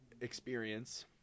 experience